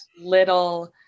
little